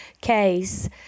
case